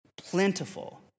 plentiful